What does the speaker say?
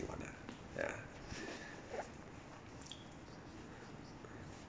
[one] ah ya